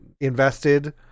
invested